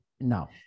no